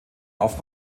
auf